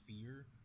fear